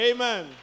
Amen